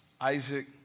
Isaac